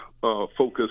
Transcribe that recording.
focus